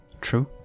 True